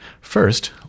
First